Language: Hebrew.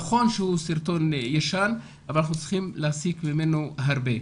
נכון שהוא סרטון ישן אבל אנחנו צריכים להסיק ממנו הרבה.